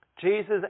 Jesus